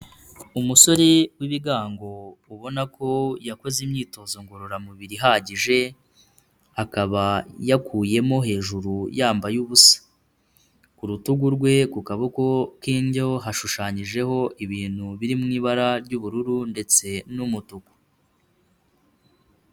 Umusore w'ibigango ubona ko yakoze imyitozo ngororamubiri ihagije, akaba yakuyemo hejuru yambaye ubusa. Ku rutugu rwe ku kaboko k'indyo hashushanyijeho ibintu biri mu ibara ry'ubururu ndetse n'umutuku.